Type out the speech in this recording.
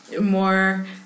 more